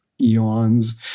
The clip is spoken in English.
eons